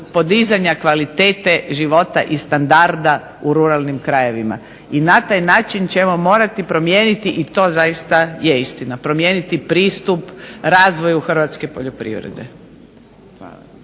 podizanja kvalitete života i standarda u ruralnim krajevima. I na taj način ćemo morati promijeniti i to zaista je istina, promijeniti pristup razvoju hrvatske poljoprivrede. Hvala.